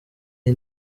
iyi